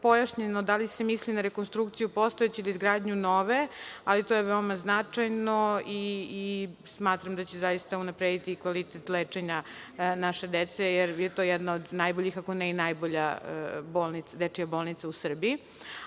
pojašnjeno da li se misli na rekonstrukciju postojeće ili izgradnju nove, ali to je veoma značajno i smatram da će zaista unaprediti kvalitet lečenja naše dece, jer je to jedna od najboljih, ako ne i najbolja dečija bolnica u